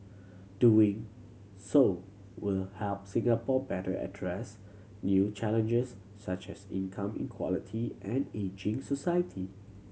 doing so will help Singapore better address new challenges such as income inequality and ageing society